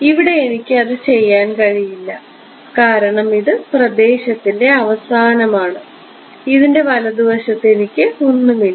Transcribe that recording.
ഇവിടെ എനിക്ക് അത് ചെയ്യാൻ കഴിയില്ല കാരണം ഇത് പ്രദേശത്തിൻറെ അവസാനമാണ് ഇതിന്റെ വലതുവശത്ത് എനിക്ക് ഒന്നുമില്ല